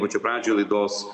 pačioj pradžioj laidos